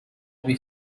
ابی